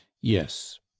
yes